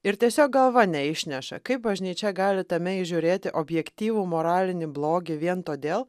ir tiesiog galva neišneša kaip bažnyčia gali tame įžiūrėti objektyvų moralinį blogį vien todėl